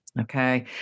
Okay